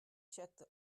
checked